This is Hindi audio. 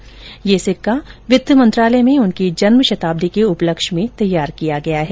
यह विशेष स्मारक सिक्का वित्त मंत्रालय में उनकी जन्मशताब्दी के उपलक्ष्य में तैयार किया गया है